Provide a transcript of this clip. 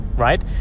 right